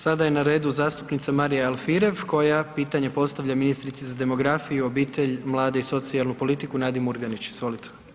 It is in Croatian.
Sada je na redu zastupnica Marija Alfirev, koja pitanje postavlja ministrici za demografiju, obitelj, mlade i socijalnu politiku, Nadi Murganić, izvolite.